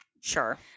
sure